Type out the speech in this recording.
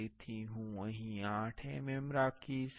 તેથી હું અહીં 8 mm રાખીશ